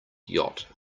yacht